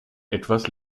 etwas